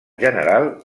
general